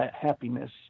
happiness